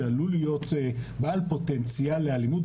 שעלול להיות בעל פוטנציאל לאלימות,